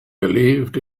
believed